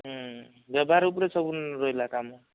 ହୁଁ ବ୍ୟବହାର ଉପରେ ସବୁ ରହିଲା କାମ